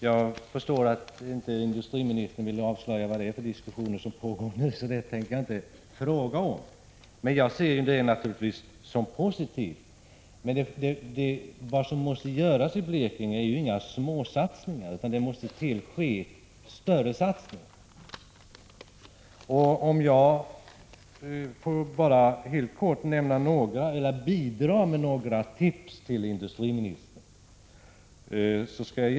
Jag förstår att industriministern inte vill avslöja vad de pågående diskussionerna gäller, så det tänker jag inte fråga om. Naturligtvis ser jag detta som positivt. Men det är inga småsatsningar som krävs i Blekinge, utan det måste ske större satsningar. Jag skulle i det avseendet helt kortfattat vilja bidra med några tips till industriministern.